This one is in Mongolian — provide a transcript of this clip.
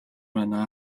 байна